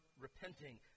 repenting